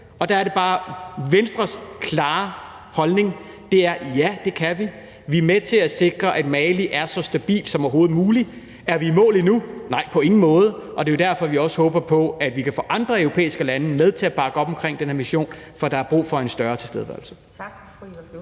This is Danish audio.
Og der er det bare Venstres klare holdning, at ja, det kan vi. Vi er med til at sikre, at Mali er så stabilt som overhovedet muligt. Er vi i mål endnu? Nej, på ingen måde, og det er jo derfor, vi også håber på, at vi kan få andre europæiske lande med til at bakke op omkring den her mission, for der er brug for en større tilstedeværelse.